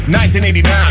1989